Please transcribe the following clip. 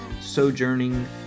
sojourning